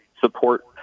support